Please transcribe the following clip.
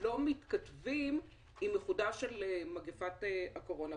לא מתכתבים עם ייחודה של מגפת הקורונה.